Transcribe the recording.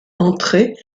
entrées